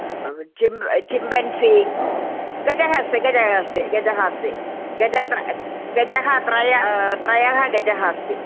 चिम्ब चिम्बन्सि गजः अस्ति गज अस्ति गजः अस्ति गजत्रयं गजः त्रय त्रयः गजः अस्ति